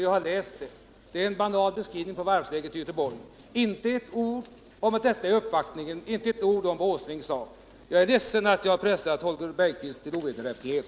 Jag har läst klippet — det innehåller en banal beskrivning av varvsläget i Göteborg, inte ett ord om uppvaktningen, inte ett ord om vad herr Åsling sade. Jag är ledsen att jag pressade Holger Bergqvist till ovederhäftigher.